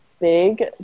big